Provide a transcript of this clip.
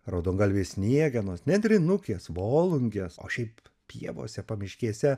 raudongalvės sniegenos nendrinukės volungės o šiaip pievose pamiškėse